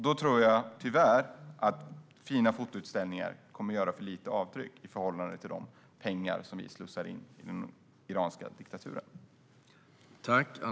Då tror jag, tyvärr, att fina fotoutställningar kommer att göra ett för litet avtryck i förhållande till de pengar som vi slussar in i den iranska diktaturen.